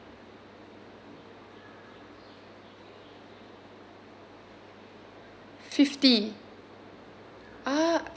fifty ah